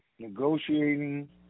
negotiating